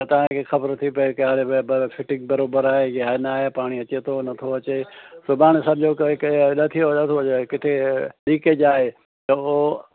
त तव्हांखे ख़बर थी पए की हाणे ब ब फिटिंग बराबरि आहे या न आहे पाणी अचे थो नथो अचे सुभाणे सम्झो क कंहिं नथी नथो अचे किथे ऐं लीकेज आहे त पोइ